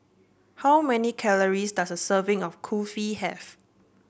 how many calories does a serving of Kulfi have